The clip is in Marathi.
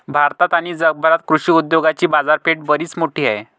भारतात आणि जगभरात कृषी उद्योगाची बाजारपेठ बरीच मोठी आहे